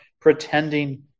pretending